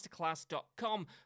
masterclass.com